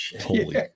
Holy